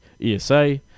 ESA